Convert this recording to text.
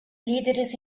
líderes